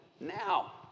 now